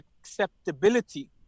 acceptability